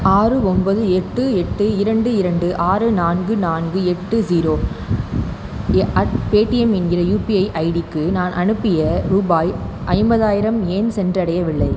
ஆறு ஒன்பது எட்டு எட்டு இரண்டு இரண்டு ஆறு நான்கு நான்கு எட்டு ஸீரோ அட் பேடிஎம் என்கிற யூபிஐ ஐடிக்கு நான் அனுப்பிய ரூபாய் ஐம்பதாயிரம் ஏன் சென்றடையவில்லை